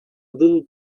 little